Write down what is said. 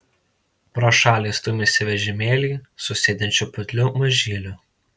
pro šalį stūmėsi vežimėlį su sėdinčiu putliu mažyliu